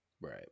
Right